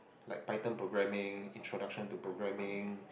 like Python programming introduction to programming